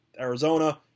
Arizona